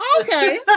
Okay